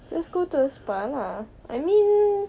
just go to a spa lah I mean